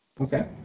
Okay